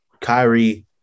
Kyrie